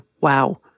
wow